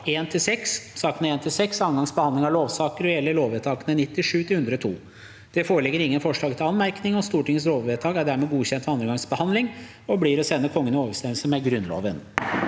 andre gangs behand- ling av lover og gjelder lovvedtakene 97 til og med 102. Det foreligger ingen forslag til anmerkning, og Stortingets lovvedtak er dermed godkjent ved andre gangs behandling og blir å sende Kongen i overensstemmelse med Grunnloven.